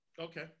Okay